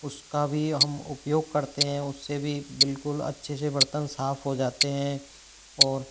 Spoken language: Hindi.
उसका भी हम उपयोग करते हैं उससे भी बिल्कुल अच्छे से बर्तन साफ हो जाते हैं और